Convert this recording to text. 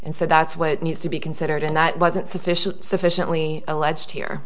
and so that's what needs to be considered and that wasn't sufficient sufficiently alleged here